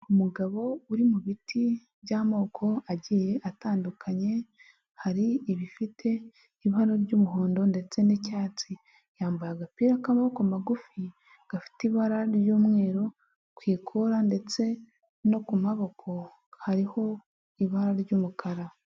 Umugabo uri mu biti by'amoko agiye atandukanye, hari ibifite ibara ry'umuhondo ndetse n'icyatsi, yambaye agapira k'amaboko magufi gafite ibara ry'umweru, ku ikora ndetse no ku maboko hariho ibara ry'umukara.